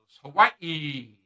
Hawaii